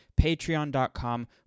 patreon.com